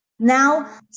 Now